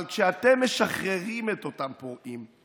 אבל כשאתם משחררים את אותם פורעים,